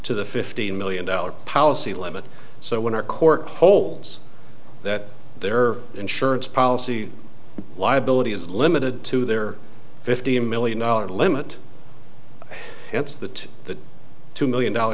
to the fifteen million dollars policy limit so when our court holes that their insurance policy liability is limited to their fifteen million dollars limit it's that the two million dollar